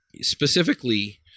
specifically